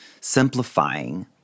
simplifying